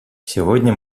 сегодня